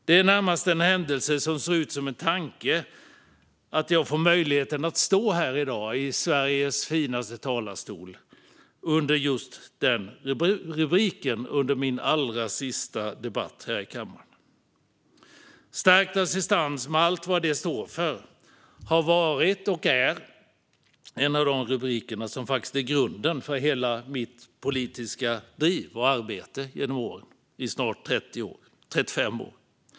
Det är närmast en händelse som ser ut som en tanke att jag får möjligheten att stå här i dag, i Sveriges finaste talarstol, under just denna rubrik i min allra sista debatt här i kammaren. Stärkt assistans, med allt vad det står för, har varit och är en av de rubriker som faktiskt är grunden för hela mitt politiska driv och arbete genom åren - i snart 35 år.